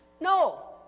No